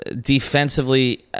defensively